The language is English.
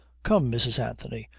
come, mrs. anthony,